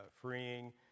freeing